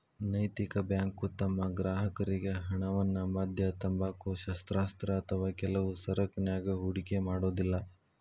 ನೈತಿಕ ಬ್ಯಾಂಕು ತಮ್ಮ ಗ್ರಾಹಕರ್ರಿಗೆ ಹಣವನ್ನ ಮದ್ಯ, ತಂಬಾಕು, ಶಸ್ತ್ರಾಸ್ತ್ರ ಅಥವಾ ಕೆಲವು ಸರಕನ್ಯಾಗ ಹೂಡಿಕೆ ಮಾಡೊದಿಲ್ಲಾ